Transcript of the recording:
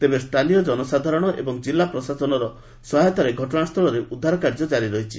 ତେବେ ସ୍ଥାନୀୟ ସାଧାରଣ ଏବଂ ଜିଲ୍ଲା ପ୍ରଶାସନର ସହାୟତାରେ ଘଟଣାସ୍ଥଳରେ ଉଦ୍ଧାରକାର୍ଯ୍ୟ କାରି ରହିଛି